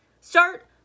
Start